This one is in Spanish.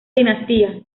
dinastía